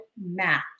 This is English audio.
match